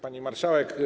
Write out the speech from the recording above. Pani Marszałek!